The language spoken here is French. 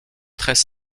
très